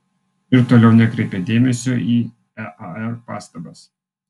ir toliau nekreipė dėmesio į ear pastabas